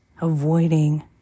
avoiding